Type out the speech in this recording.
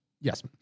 Yes